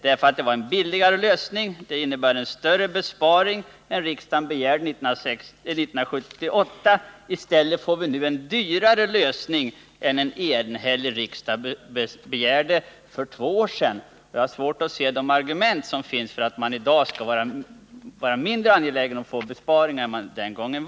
Det vore en billigare lösning, det innebär en större besparing än riksdagen begärde 1978. I stället får vi nu en dyrare lösning än en enhällig riksdag begärde för två år sedan. Jag har svårt att se de argument som finns för att man skall vara mindre angelägen om besparingar än man var den gången.